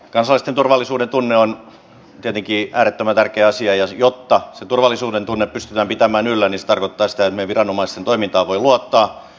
kansalaisten turvallisuudentunne on tietenkin äärettömän tärkeä asia ja jotta sitä turvallisuudentunnetta pystytään pitämään yllä se tarkoittaa sitä että meidän viranomaisten toimintaan voi luottaa